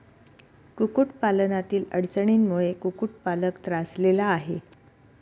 कुक्कुटपालनातील अडचणींमुळे कुक्कुटपालक त्रासलेला आहे